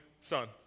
son